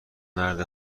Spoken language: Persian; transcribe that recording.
مرد